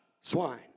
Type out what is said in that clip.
swine